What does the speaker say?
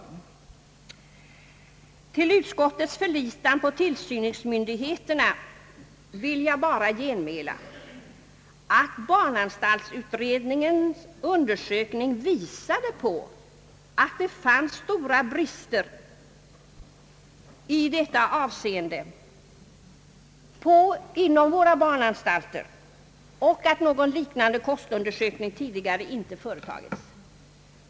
Med anledning av utskottets förlitan på tillsynsmyndigheterna vill jag bara nämna att barnanstaltsutredningens undersökning visade att det fanns stora brister i detta avseende inom våra barnanstalter och att någon liknande kostundersökning tidigare icke företagits.